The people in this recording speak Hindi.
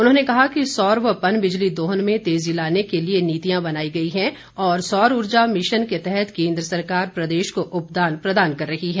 उन्होंने कहा कि सौर व पन बिजली दोहन में तेजी लाने के लिए नीतियां बनाई गई हैं और सौर ऊर्जा मिशन के तहत केंद्र सरकार प्रदेश को उपदान प्रदान कर रही है